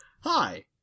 Hi